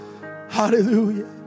Hallelujah